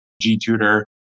G-Tutor